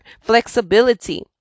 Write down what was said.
flexibility